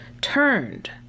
turned